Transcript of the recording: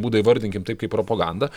būdą įvardinkim tai kai propagandą